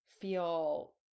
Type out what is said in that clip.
feel